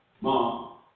mom